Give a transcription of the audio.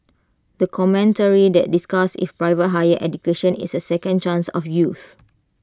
the commentary that discussed if private higher education is A second chance of youths